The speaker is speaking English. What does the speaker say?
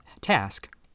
task